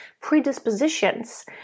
predispositions